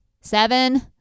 seven